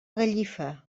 gallifa